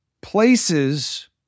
Places